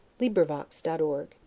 LibriVox.org